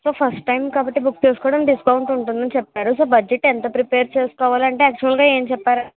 so first time కాబట్టి book చేసుకోవడం discount ఉంటుంది అని చెప్పారు సో బడ్జెట్ ఎంత ప్రిపేర్ చేసుకోవాలంటే యాక్చువల్ గా ఏం చెప్పారు